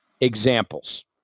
examples